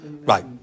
Right